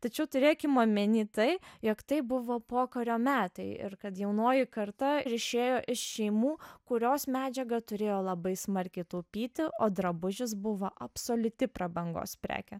tačiau turėkim omeny tai jog tai buvo pokario metai ir kad jaunoji karta išėjo iš šeimų kurios medžiagą turėjo labai smarkiai taupyti o drabužis buvo absoliuti prabangos prekė